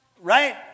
right